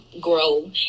grow